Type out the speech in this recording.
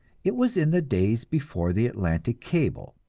it was in the days before the atlantic cable,